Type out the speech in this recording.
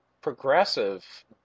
progressive